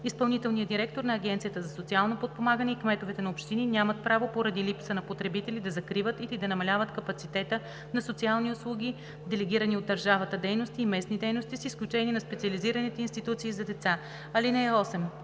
изпълнителният директор на Агенцията за социално подпомагане и кметовете на общини нямат право поради липса на потребители да закриват или да намаляват капацитета на социални услуги, делегирани от държавата дейности и местни дейности, с изключение на специализираните институции за деца. (8) Такси